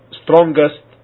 strongest